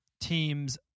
team's